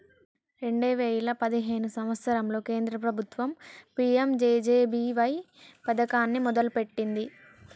రెండే వేయిల పదిహేను సంవత్సరంలో కేంద్ర ప్రభుత్వం పీ.యం.జే.జే.బీ.వై పథకాన్ని మొదలుపెట్టింది